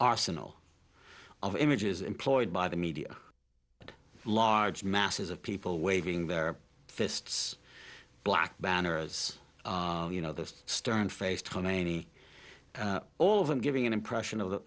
arsenal of images employed by the media large masses of people waving their fists black banners you know the stern faced khomeini all of them giving an impression of the